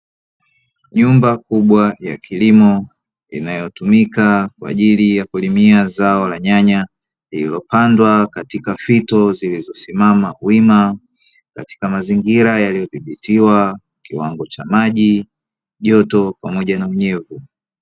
Nyumba kubwa ya kilimo inayotumika kwa ajili ya kulimia zao la nyanya lililopandwa katika fito zilizosimama wima katika mazingira yaliyodhibitiwa kiwango cha maji, joto pamoja na unyevu.